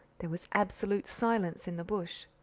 there was absolute silence in the bush.